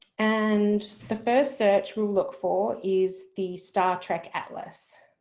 and the first search we'll look for is the star trek atlas.